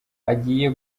agiye